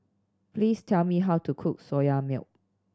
please tell me how to cook Soya Milk